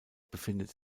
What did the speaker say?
befindet